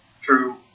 true